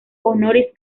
honoris